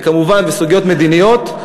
וכמובן בסוגיות מדיניות,